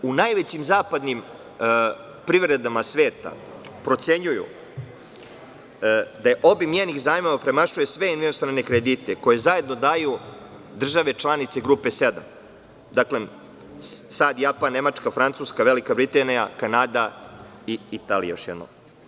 U najvećim zapadnim privredama sveta procenjuju da obim njenih zajmova premašuje sve inostrane kredite koji zajedno daju države članice Grupe 7 – SAD, Japan, Nemačka, Francuska, Velika Britanija, Kanada i Italija.